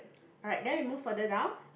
alright then we move further down